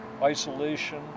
isolation